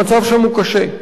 המצב שם הוא קשה,